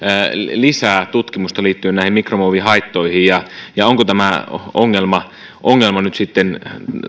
lisää tutkimusta liittyen näihin mikromuovin haittoihin ja ja onko tämä ongelma ongelma nyt sitten